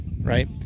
right